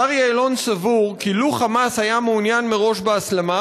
השר יעלון סבור כי לו "חמאס" היה מעוניין מראש בהסלמה,